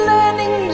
Learning